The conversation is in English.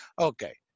Okay